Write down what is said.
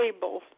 table